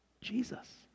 Jesus